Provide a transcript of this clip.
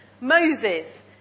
Moses